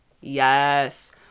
Yes